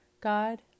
God